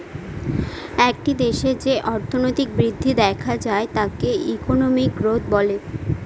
একটা দেশে যে অর্থনৈতিক বৃদ্ধি দেখা যায় তাকে ইকোনমিক গ্রোথ বলে